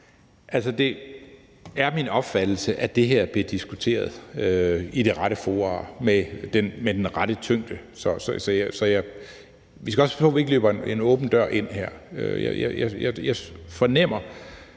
det er min opfattelse, at det her blev diskuteret i de rette fora og med den rette tyngde. Så vi skal også passe på, at vi her ikke løber en åben dør ind. Jeg fornemmer